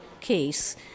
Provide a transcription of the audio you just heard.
case